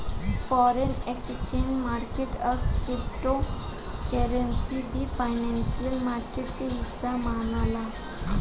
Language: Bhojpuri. फॉरेन एक्सचेंज मार्केट आ क्रिप्टो करेंसी भी फाइनेंशियल मार्केट के हिस्सा मनाला